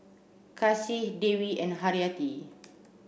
Kasih Dewi and Haryati